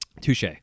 Touche